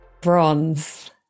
Bronze